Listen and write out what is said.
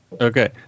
Okay